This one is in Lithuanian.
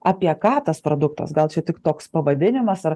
apie ką tas produktas gal čia tik toks pavadinimas ar